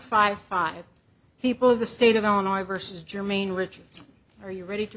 five five people of the state of illinois versus jermain richard are you ready to